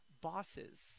bosses